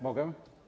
Mogę?